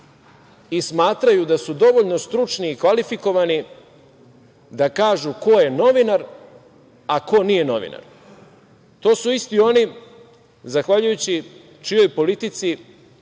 i smatraju da su dovoljno stručni i kvalifikovani da kažu ko je novinar a ko nije novinar. To su isti oni zahvaljujući čijoj politici